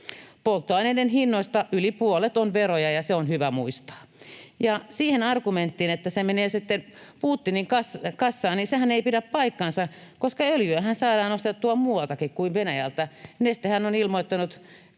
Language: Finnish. Polttoaineiden hinnoista yli puolet on veroja, ja se on hyvä muistaa. Se argumenttihan, että se menee sitten Putinin kassaan, ei pidä paikkaansa, koska öljyähän saadaan ostettua muualtakin kuin Venäjältä. Nestehän on ilmoittanut